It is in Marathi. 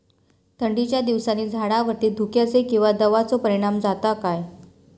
थंडीच्या दिवसानी झाडावरती धुक्याचे किंवा दवाचो परिणाम जाता काय?